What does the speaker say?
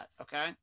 okay